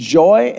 joy